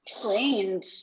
trained